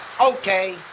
Okay